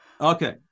Okay